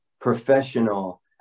professional